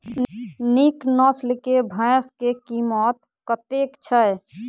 नीक नस्ल केँ भैंस केँ कीमत कतेक छै?